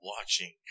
watching